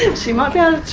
and she might not